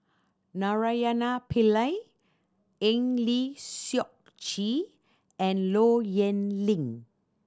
Naraina Pillai Eng Lee Seok Chee and Low Yen Ling